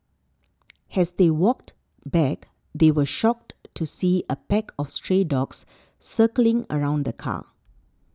as they walked back they were shocked to see a pack of stray dogs circling around the car